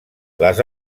les